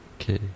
Okay